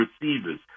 receivers